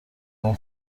بوم